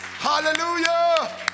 Hallelujah